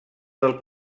del